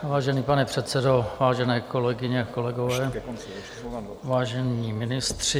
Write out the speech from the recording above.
Vážený pane předsedo, vážené kolegyně, kolegové, vážení ministři.